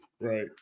Right